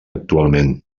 actualment